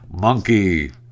monkey